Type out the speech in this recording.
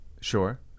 Sure